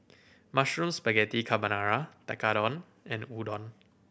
Mushroom Spaghetti Carbonara Tekkadon and Udon